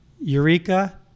eureka